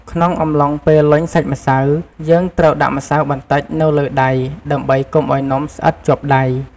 ក្នុងអំឡុងពេលលញ់សាច់ម្សៅ យើងត្រូវដាក់ម្សៅបន្តិចនៅលើដៃ ដើម្បីកុំឱ្យនំស្អិតជាប់ដៃ។